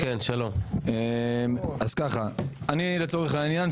לצורך העניין,